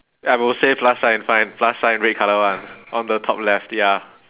I will say plus sign fine plus sign red colour [one] on the top left ya